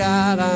God